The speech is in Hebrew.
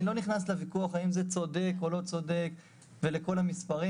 אני לא נכנס לוויכוח האם זה צודק או לא צודק ולכל המספרים.